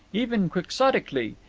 even quixotically.